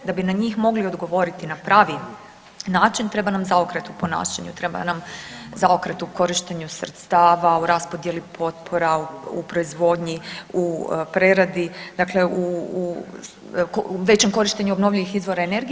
Da bi na njih mogli odgovoriti na pravi način treba nam zaokret u ponašanju, treba nam zaokret u korištenju sredstava, u raspodjeli potpora, u proizvodnji, u preradi, dakle u većem korištenju obnovljivih izvora energije.